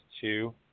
two